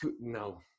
no